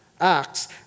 acts